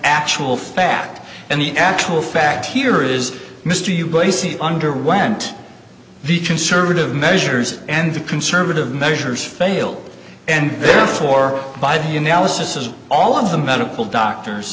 actual fact and the actual fact here is mr you gracey underwent the conservative measures and the conservative measures failed and therefore by the analysis of all of the medical doctors